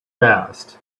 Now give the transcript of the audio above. passed